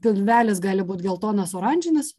pilvelis gali būt geltonas oranžinis